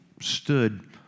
stood